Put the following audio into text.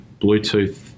Bluetooth